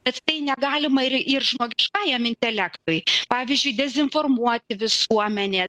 bet tai negalima ir ir žmogiškajam intelektui pavyzdžiui dezinformuoti visuomenę